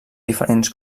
diferents